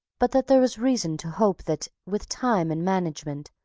but that there was reason to hope that, with time and management,